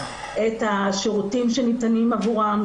את השירותים שניתנים עבורם,